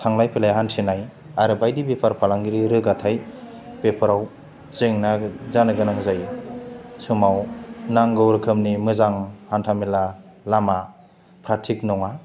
थांलाय फैलाय हान्थिनाय आरो बायदि बेफार फालांगिरि रोगाथाय बेफाराव जेंना जानो गोनां जायो समाव नांगौ रोखोमनि मोजां हान्था मेला लामाफ्रा थिक नङा